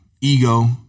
ego